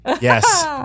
Yes